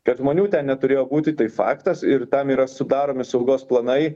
kad žmonių ten neturėjo būti tai faktas ir tam yra sudaromi saugos planai